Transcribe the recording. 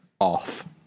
off